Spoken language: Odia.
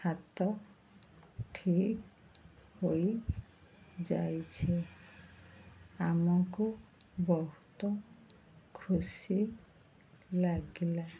ହାତ ଠିକ୍ ହୋଇଯାଇଛି ଆମକୁ ବହୁତ ଖୁସି ଲାଗିଲା